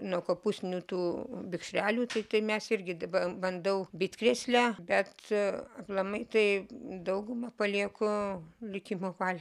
nuo kopūstinių tų vikšrelių tai tai mes irgi daba bandau bitkrėslę bet aplamai tai daugumą palieku likimo valiai